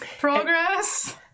progress